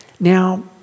Now